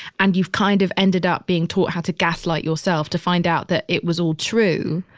and you've kind of ended up being taught how to gaslight yourself to find out that it was all true.